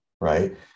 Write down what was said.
right